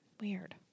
weird